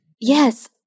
Yes